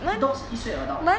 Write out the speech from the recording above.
dog 是一岁 adult leh